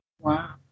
Wow